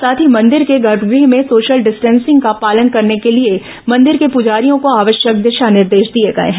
साथ ही मंदिर के गर्भगृह में सोशल डिस्टेंसिंग का पालन करने के लिए मंदिर के पुजारियों को आवश्यक दिशा निर्देश दिए गए हैं